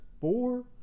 four